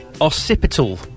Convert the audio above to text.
Occipital